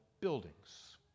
buildings